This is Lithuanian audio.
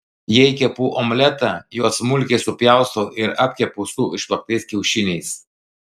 jei kepu omletą juos smulkiai supjaustau ir apkepu su išplaktais kiaušiniais